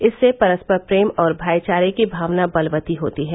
इससे परस्पर प्रेम और भाईचारे की भावना बलवती होती है